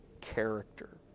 character